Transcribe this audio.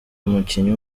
umukinnyi